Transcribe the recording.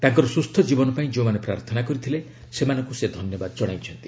ତାଙ୍କର ସ୍ୱସ୍ଥ ଜୀବନ ପାଇଁ ଯେଉଁମାନେ ପ୍ରାର୍ଥନା କରିଥିଲେ ସେମାନଙ୍କୁ ସେ ଧନ୍ୟବାଦ ଜଣାଇଛନ୍ତି